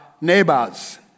neighbors